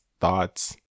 thoughts